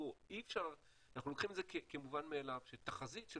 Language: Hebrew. אנחנו לוקחים את זה כמובן מאליו שתחזית של